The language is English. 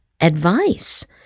advice